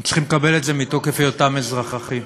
הם צריכים לקבל את זה מתוקף היותם אזרחים.